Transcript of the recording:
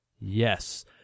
Yes